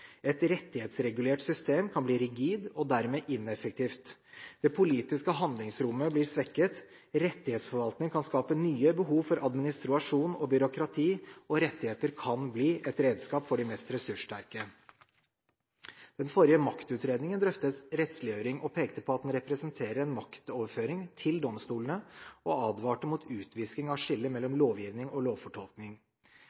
Et rettighetsregulert system kan bli rigid og dermed ineffektivt, det politiske handlingsrommet blir svekket, rettighetsforvaltning kan skape nye behov for administrasjon og byråkrati, og rettigheter kan bli et redskap for de mest ressurssterke. Den forrige maktutredningen drøftet rettsliggjøring. Den pekte på at det representerer en maktoverføring til domstolene, og advarte mot utvisking av skillet mellom